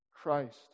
Christ